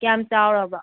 ꯀꯌꯥꯝ ꯆꯥꯎꯔꯕ